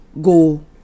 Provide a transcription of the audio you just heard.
go